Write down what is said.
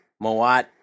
Moat